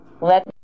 let